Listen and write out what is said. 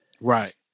Right